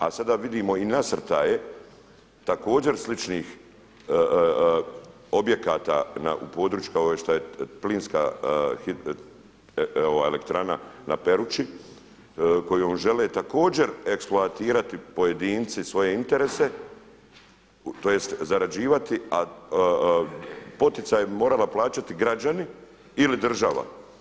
A sada vidimo i nasrtaje također sličnih objekata u području kao što je plinska, elektrana na Peruči koju žele također eksploatirati pojedinci svoje interese, tj. zarađivati a poticaj morali plaćati građani ili država.